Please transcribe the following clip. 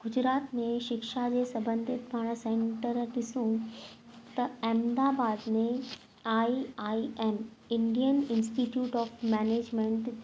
गुजरात में शिक्षा जे संबधित पाणि सेंटर ॾिसूं त अहमदाबाद में I I M Indian institute of management